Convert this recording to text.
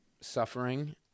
suffering